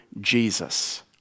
Jesus